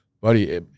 buddy